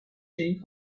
این